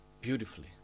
beautifully